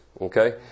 Okay